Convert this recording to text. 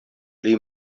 pli